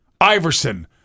Iverson